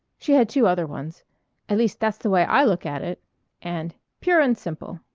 she had two other ones at least that's the way i look at it and pure and simple